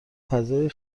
فضای